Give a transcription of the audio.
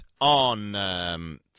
on